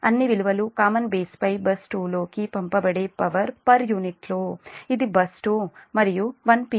అన్ని విలువలు common base పై బస్ 2 లోకి పంపబడే పవర్ పర్ యూనిట్లో ఇది బస్ 2 మరియు 1 p